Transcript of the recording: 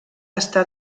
està